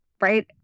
Right